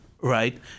Right